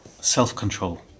self-control